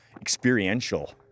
experiential